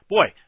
Boy